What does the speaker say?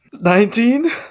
Nineteen